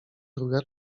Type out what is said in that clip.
druga